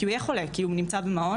הוא יהיה חולה כי הוא נמצא במעון,